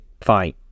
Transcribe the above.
fine